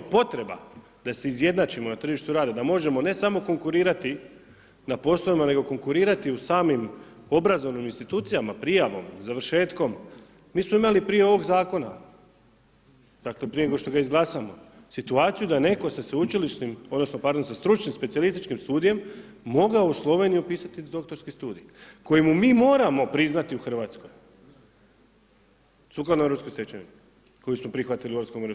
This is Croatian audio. Potreba da se izjednačimo na tržištu rada da možemo ne samo konkurirati na poslovima, nego konkurirati u samim obrazovnim institucijama prijavom, završetkom, mi smo imali prije ovog zakona, dakle prije nego što ga izglasamo, situaciju da netko sa stručnim specijalističkim studijem mogao u Sloveniji upisati doktorski studij koji mu mi moramo priznati u Hrvatskoj sukladno Europskoj stečevini koju smo prihvatili ulaskom u EU,